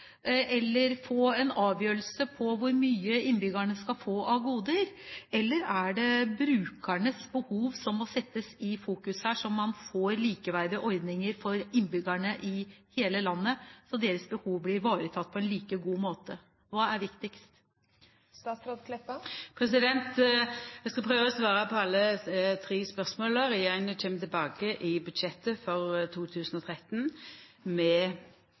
få en avgjørelse på hvor mye innbyggerne skal få av goder, eller er det brukernes behov som må settes i fokus her, at man får likeverdige ordninger for innbyggerne i hele landet, så deres behov blir ivaretatt på en like god måte? Hva er viktigst? Eg skal prøva å svara på alle tre spørsmåla. Regjeringa kjem i budsjettet for 2013 tilbake med